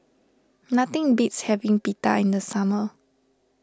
nothing beats having Pita in the summer